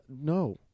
no